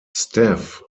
staff